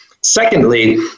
Secondly